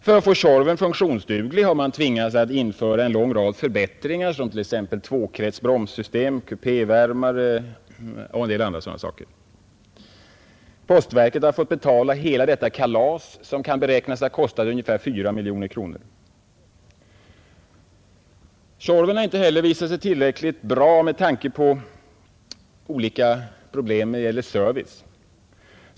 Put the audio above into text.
För att få Tjorven funktionsduglig har man tvingats införa olika förbättringar som t.ex. två-krets bromssystem, kupévärmare och en del andra sådana saker. Postverket har fått betala hela detta kalas, som kan beräknas ha kostat ungefär fyra miljoner kronor. Tjorven har inte heller visat sig tillräckligt bra i fråga om service.